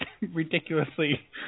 ridiculously